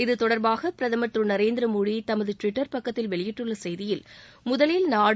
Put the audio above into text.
இத்தொடர்பாக பிரதமர் திரு நரேந்திர மோடி தனது டிவிட்டர் பக்கத்தில் வெளியிட்டுள்ள செய்தியில் முதலில் நாடு